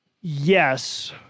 Yes